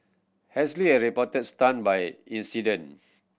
Halsey is reportedly stunned by incident